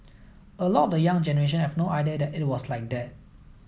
a lot of the young generation have no idea that it was like that